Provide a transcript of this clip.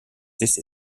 these